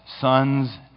sons